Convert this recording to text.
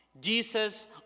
Jesus